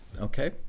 okay